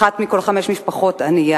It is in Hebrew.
אחת מכל חמש משפחות, ענייה.